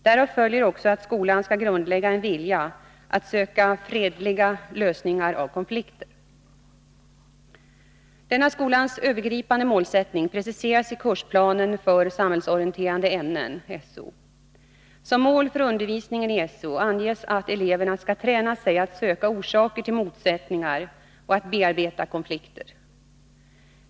Därav följer också att skolan skall grundlägga en vilja att söka fredliga lösningar av konflikter. Denna skolans övergripande målsättning preciseras i kursplanen för samhällsorienterande ämnen . Som mål för undervisningen i So anges att eleverna skall träna sig att söka orsaker till motsättningar och att bearbeta konflikter.